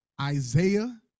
Isaiah